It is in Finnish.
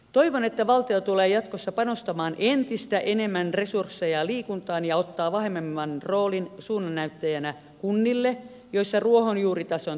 toivon että valtio tulee jatkossa panostamaan entistä enemmän resursseja liikuntaan ja ottaa vahvemman roolin suunnannäyttäjänä kunnille joissa ruohonjuuritason työ tapahtuu